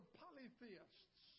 polytheists